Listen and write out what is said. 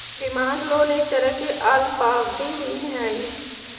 demand loan एक तरह के अल्पावधि ऋण हइ